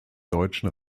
deutschen